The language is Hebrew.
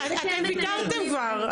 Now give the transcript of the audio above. אתם ויתרתם כבר.